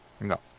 No